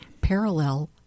parallel